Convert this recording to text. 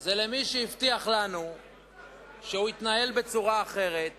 זה למי שהבטיח לנו שהוא יתנהל בצורה אחרת